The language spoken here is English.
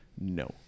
no